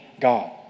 God